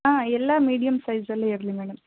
ಹಾಂ ಎಲ್ಲ ಮಿಡಿಯಮ್ ಸೈಜಲ್ಲೆ ಇರಲಿ ಮೇಡಮ್